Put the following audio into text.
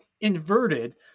inverted